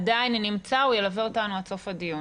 הוא עדיין נמצא, הוא ילווה אותנו עד סוף הדיון,